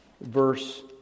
verse